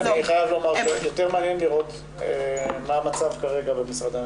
אני חייב לומר שיותר מעניין לראות מה המצב כרגע במשרדי הממשלה.